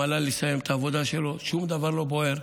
המל"ל יסיים את העבודה שלו, שום דבר לא בוער,